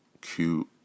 cute